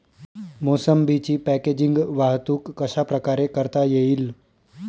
मोसंबीची पॅकेजिंग वाहतूक कशाप्रकारे करता येईल?